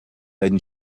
then